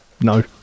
No